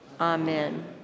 Amen